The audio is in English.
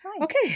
okay